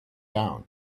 down